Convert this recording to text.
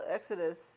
Exodus